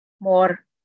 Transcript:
more